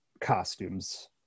costumes